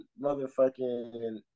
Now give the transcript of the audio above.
motherfucking